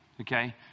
okay